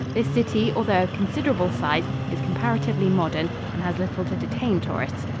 this city, although of considerable size, is comparatively modern and has little to detain tourists.